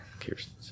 Kirsten